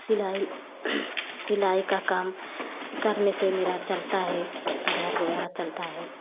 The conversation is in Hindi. सिलाई सिलाई का काम करने से मेरा चलता है घर वगैरह चलता है